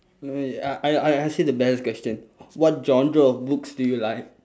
err I I I say the best question what genre of books do you like